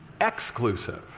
Exclusive